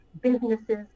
businesses